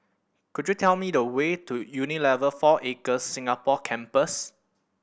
could you tell me the way to Unilever Four Acres Singapore Campus